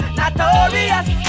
notorious